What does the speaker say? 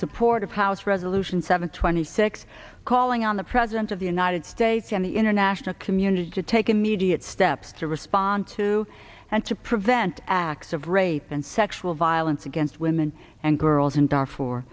support of house resolution seven twenty six calling on the president of the united states and the international community to take immediate steps to respond to and to prevent acts of rape and sexual violence against women and girls in dar